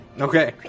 Okay